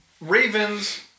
Ravens